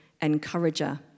encourager